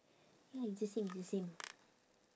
ya it's the same the same